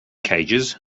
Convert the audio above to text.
cages